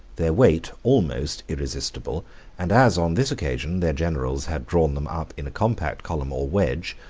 their weight almost irresistible and as, on this occasion, their generals had drawn them up in a compact column or wedge,